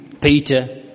Peter